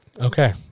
Okay